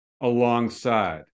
alongside